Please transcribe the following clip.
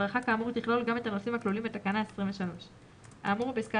הדרכה כאמור תכלול גם את הנושאים הכלולים בתקנה 23; האמור בפסקה